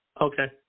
Okay